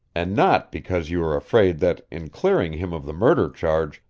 and not because you are afraid that, in clearing him of the murder charge,